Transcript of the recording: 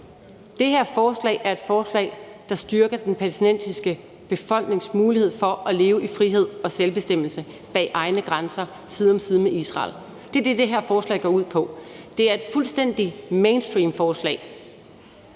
Det her forslag er et forslag, der styrker den palæstinensiske befolknings mulighed for at leve i frihed og selvbestemmelse bag egne grænser, side om side med Israel, i verden. Det er det, det her forslag går ud på. Det er et fuldstændig mainstream forslag.